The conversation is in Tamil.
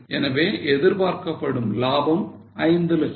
எனவே எதிர்பார்க்கப்படும் லாபம் 5 லட்சம்